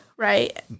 Right